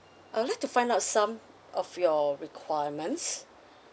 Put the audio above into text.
I'd like to find out some of your requirements